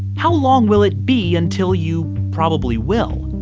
how long will it be until you probably will?